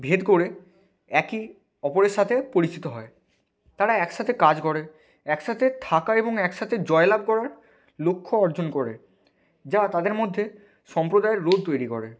ভেদ করে একে অপরের সাথে পরিচিত হয় তারা একসাতে কাজ করে একসাতে থাকার এবং এক সাথে জয় লাভ করার লক্ষ্য অর্জন করে যা তাদের মধ্যে সম্প্রদায়ের রোধ তৈরি করে